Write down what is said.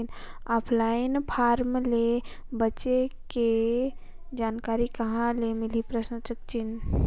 Online fraud ले बचे के जानकारी कहां ले मिलही?